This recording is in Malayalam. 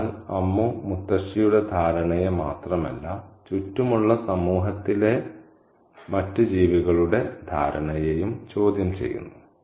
അതിനാൽ അമ്മു മുത്തശ്ശിയുടെ ധാരണയെ മാത്രമല്ല ചുറ്റുമുള്ള സമൂഹത്തിലെ മറ്റ് ജീവികളുടെ ധാരണയെയും ചോദ്യം ചെയ്യുന്നു